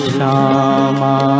Shama